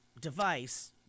device